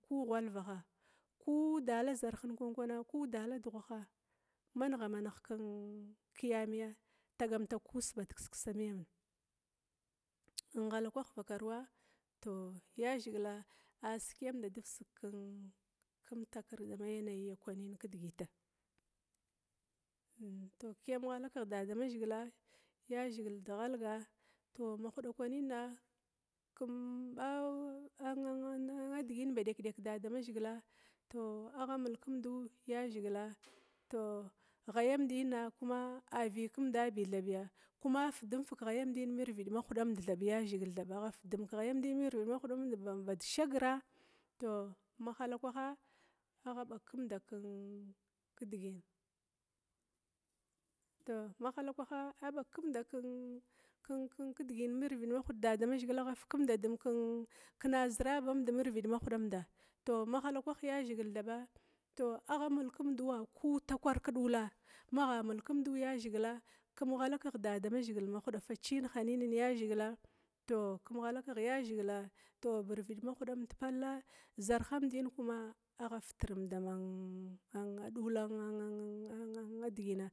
Ku ghwalvaha ku dala zarhin kwan-kwana, ku dala dughaha ma nigha nighig kiyamia, tagamatag kuss bad kiskisamiyam inghala kwah vakaruwa tou yazhigila sikyam dadivsig kumtakera kwanin kidigita, tou kiyam ghala kegh dadamazhgila yazhigil deghalga tou ma huda kwanina kum ghalga kum ba ɗigin badekdek damazhigila tou agha mulkundu yazhigila tou ghayamdina a vikumda bi thabiya, kuma fudumfig ghayam dina mirvid mahudamda bagha fudum keghagdina marvid mahudamda tou mahalakwaha agha bagkumda kidigin, tou mahalakwaha abagkumda kidigin mirvid mahuda dadamzhigil afi kimdum kena zhirabanda mirvid mahuda mahalakwah ya zigil thaba agha mulkumdu ku takwar kedula magha mulkumdu yazhigila kum ghala keh damazhigila mahuda faciyin hinan yazhigila tou kum ghala kegh yazhigila tou irvid mahudamd pall, zarhamdina agha fitrum dama dulan an an a digina.